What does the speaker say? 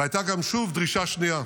והייתה גם, שוב, דרישה שנייה.